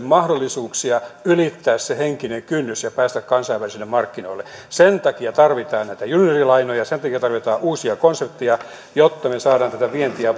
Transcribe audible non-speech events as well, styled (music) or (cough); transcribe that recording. (unintelligible) mahdollisuuksia ylittää se henkinen kynnys ja päästä kansainvälisille markkinoille sen takia tarvitaan näitä juniorilainoja sen takia tarvitaan uusia konsepteja jotta me saamme tätä vientiä (unintelligible)